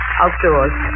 Outdoors